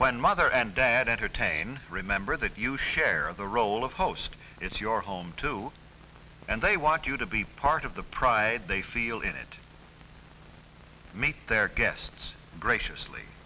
when mother and dad entertain remember that you share the role of host it's your home too and they want you to be part of the pride they feel in it meet their guests gracious